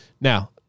Now